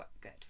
good